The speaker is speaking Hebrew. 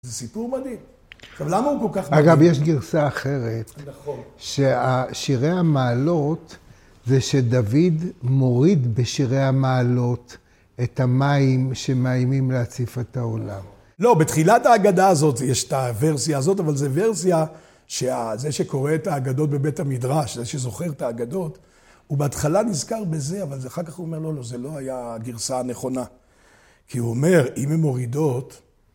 זה סיפור מדהים, עכשיו למה הוא כל כך מדהים? אגב יש גרסה אחרת, נכון, ששירי המעלות זה שדוד מוריד בשירי המעלות את המים שמאיימים להציף את העולם. לא, בתחילת ההגדה הזאת יש את הוורסיה הזאת, אבל זה וורסיה שזה שקורא את ההגדות בבית המדרש, זה שזוכר את ההגדות, הוא בהתחלה נזכר בזה, אבל אחר כך הוא אומר לא, לא, זה לא הייתה גרסה נכונה. כי הוא אומר, אם הם מורידות